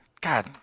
God